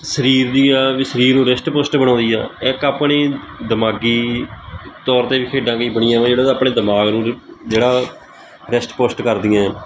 ਸਰੀਰ ਦੀਆਂ ਸਰੀਰ ਨੂੰ ਰਿਸ਼ਟ ਪੁਸ਼ਟ ਬਣਾਉਂਦੀ ਆ ਇੱਕ ਆਪਣੀ ਦਿਮਾਗੀ ਤੌਰ 'ਤੇ ਵੀ ਖੇਡਾਂ ਕਈ ਬਣੀਆਂ ਜਿਹੜਾ ਆਪਣੇ ਦਿਮਾਗ ਨੂੰ ਜਿਹੜਾ ਰਿਸ਼ਟ ਪੁਸ਼ਟ ਕਰਦੀਆਂ